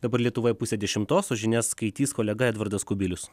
dabar lietuvoje pusė dešimtos o žinias skaitys kolega edvardas kubilius